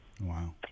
Wow